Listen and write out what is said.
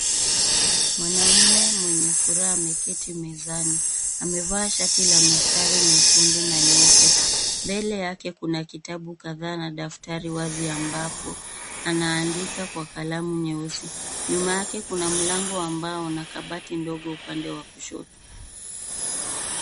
Mwanaume mwenye furaha ameketi mezani. Amevaa shati la mistari mekundu na nyeupe. Mbele yake kuna kitabu kadhaa na daftari wazi ambapo anaandika kwa kalamu nyeusi. Nyuma yake kuna mlango wa mbao na kabati ndogo upande wa kushoto.